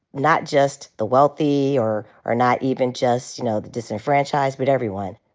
not just the wealthy or or not even just, you know, the disenfranchised, but everyone.